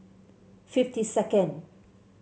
fifty second